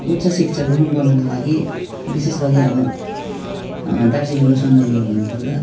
उच्च शिक्षा ग्रहण गर्नको लागि विशेष गरी अब दार्जिलिङको सन्दर्भमा भन्नु पर्दा